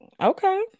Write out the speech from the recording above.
Okay